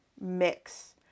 mix